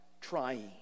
trying